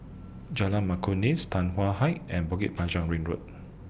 Jalan Ma Tan Hwan High and Bukit Panjang Ring Road